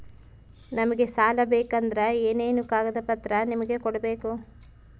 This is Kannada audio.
ನಮಗೆ ಸಾಲ ಬೇಕಂದ್ರೆ ಏನೇನು ಕಾಗದ ಪತ್ರ ನಿಮಗೆ ಕೊಡ್ಬೇಕು?